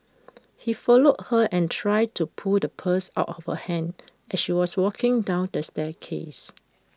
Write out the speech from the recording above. he followed her and tried to pull the purse out of her hand as she was walking down the staircase